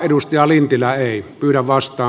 mika lintilä ei kyllä vastaa